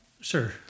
Sure